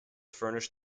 furnish